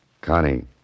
Connie